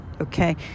okay